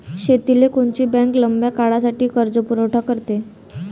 शेतीले कोनची बँक लंब्या काळासाठी कर्जपुरवठा करते?